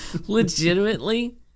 legitimately